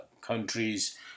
countries